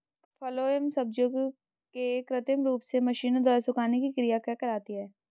फलों एवं सब्जियों के कृत्रिम रूप से मशीनों द्वारा सुखाने की क्रिया क्या कहलाती है?